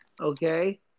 okay